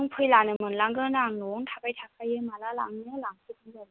नों फैब्लानो मोनलांगोन आं न'आवनो थाबाय थाखायो माब्ला लाङो लांफैबानो जाबाय